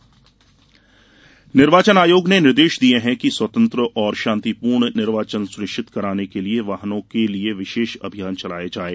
निर्वाचन आयोग निर्वाचन आयोग ने निर्देश दिये हैं कि स्वतंत्र एवं शांतिपूर्ण निर्वाचन सुनिश्चित कराने के लिये वाहनों के लिये विशेष अभियान चलाया जाये